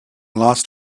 lost